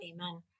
Amen